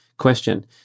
question